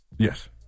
Yes